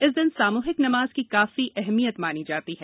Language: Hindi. इस दिन सामुहिक नमाज की काफी अहमियत मानी जाती है